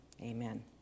amen